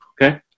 Okay